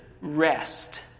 rest